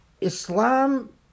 Islam